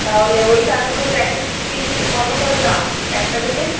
তাহলে ওই সারগুলোর প্যাকেট পিছু কত করে দাম এক প্যাকেটের